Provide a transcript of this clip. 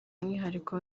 umwihariko